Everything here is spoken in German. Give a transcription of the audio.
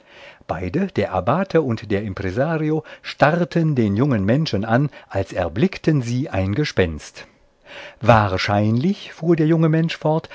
beide der abbate und der impresario starrten den jungen menschen an als erblickten sie ein gespenst wahrscheinlich fuhr der junge mensch fort